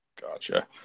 gotcha